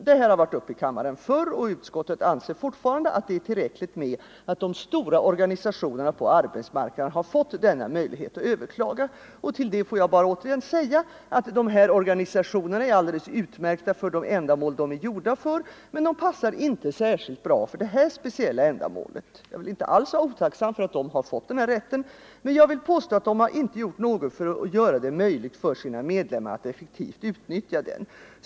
Denna fråga har tidigare varit uppe i riksdagen, och utskottet anser fortfarande att det är tillräckligt att de stora organisationerna på arbetsmarknaden har fått denna möjlighet att överklaga. Till det vill jag återigen bara säga att dessa organisationer är alldeles utmärkta för de ändamål som de är tillkomna för men att de inte passar särskilt bra för det här speciella ändamålet. Jag vill inte alls vara otacksam för att de fått den här rätten, men jag vill påstå att de inte gjort något för att underlätta för sina medlemmar att effektivt utnyttja den.